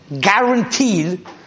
guaranteed